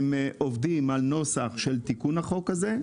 הם עובדים על נוסח של תיקון החוק הזה.